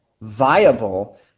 viable